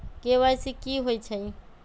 KYC कि होई छई?